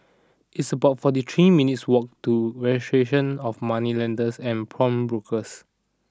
it's about forty three minutes' walk to Registration of Moneylenders and Pawnbrokers